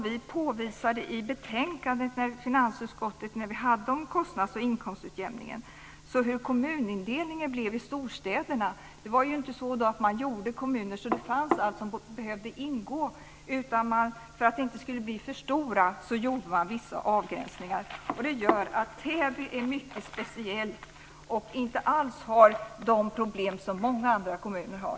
Vi visade i betänkandet från finansutskottet om kostnads och inkomstutjämningen på hur kommunindelningen blev i storstäderna. Det var inte så att kommunerna gjordes så att allt som behövde ingå fanns. För att de inte skulle bli för stora gjorde man vissa avgränsningar. Det gör att Täby kommun är mycket speciell och inte alls har de problem som många andra kommuner har.